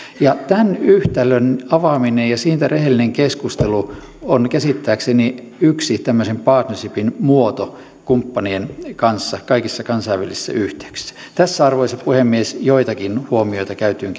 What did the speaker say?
tämän yhtälön avaaminen ja siitä rehellinen keskustelu on käsittääkseni yksi tämmöisen partnershipin muoto kumppanien kanssa kaikissa kansainvälisissä yhteyksissä tässä arvoisa puhemies joitakin huomioita käytyyn